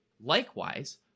Likewise